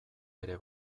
ere